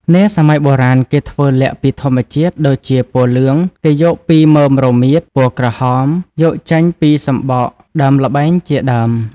នាសម័យបុរាណ គេធ្វើល័ខពីធម្មជាតិ ដូចជាពណ៌លឿង គេយកពីមើមរមៀត ពណ៌ក្រហមយកចេញពីសំបកដើមល្បែងជាដើម ។